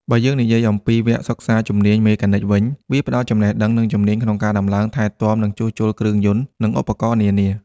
បើយើងនិយាយអំពីវគ្គសិក្សាជំនាញមេកានិកវិញ វាផ្តល់ចំណេះដឹង និងជំនាញក្នុងការដំឡើង ថែទាំ និងជួសជុលគ្រឿងយន្ត និងឧបករណ៍នានា។